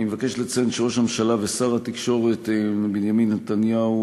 אני מבקש לציין שראש הממשלה ושר התקשורת בנימין נתניהו